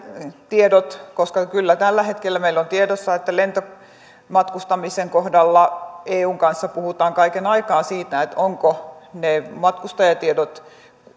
tiedot koska kyllä tällä hetkellä meillä on tiedossa että lentomatkustamisen kohdalla eun kanssa puhutaan kaiken aikaa siitä ovatko ne matkustajatiedot